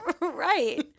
right